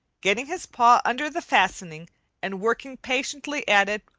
getting his paw under the fastening and working patiently at it,